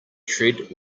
tread